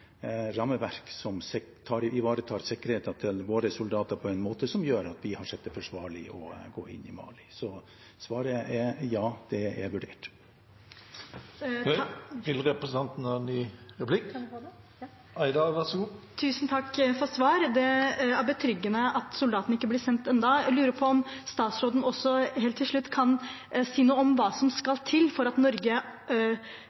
måte som gjør at vi har sett det forsvarlig å gå inn i Mali. Så svaret er ja, det er vurdert. Tusen takk for svaret. Det er betryggende at soldatene ikke blir sendt ennå. Jeg lurer på om statsråden helt til slutt også kan si noe om hva som skal